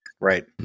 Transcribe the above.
right